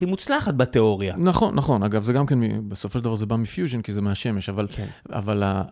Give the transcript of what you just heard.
היא מוצלחת בתיאוריה. נכון, נכון. אגב, זה גם כן בסופו של דבר זה בא מפיוז'ין, כי זה מהשמש, אבל...